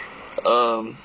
um